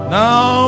now